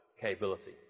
capability